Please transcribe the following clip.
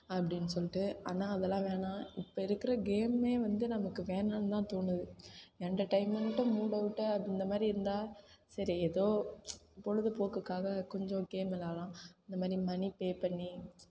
அப்படினு சொல்லிட்டு ஆனா அதெல்லாம் வேணாம் இப்ப இருக்கிற கேமே வந்து நமக்கு வேணாம்னுதான் தோணுது எண்டெர்டெயின்மெண்ட்டும் மூடவுட்டாக இந்தமாதிரி இருந்தால் சரி ஏதோ பொழுதுபோக்குக்காக கொஞ்சம் கேம் விளையாடலாம் இந்தமாதிரி மனி பே பண்ணி